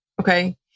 okay